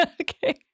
Okay